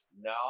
Now